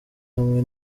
hamwe